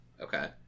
okay